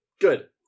good